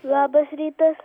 labas rytas